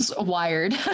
wired